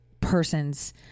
persons